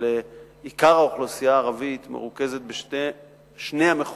אבל עיקר האוכלוסייה הערבית מרוכזת בשני המחוזות